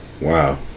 wow